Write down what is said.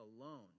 alone